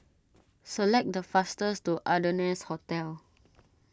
select the faster to Ardennes Hotel